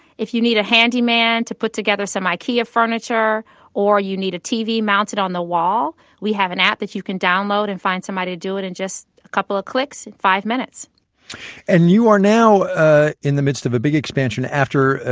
if you need a handyman to put together some ikea furniture or you need a tv mounted on the wall, we have an app that you can download and find somebody to do it in and just a couple of clicks, in five minutes and you are now in the midst of a big expansion after,